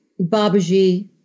Babaji